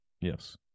Yes